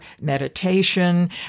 meditation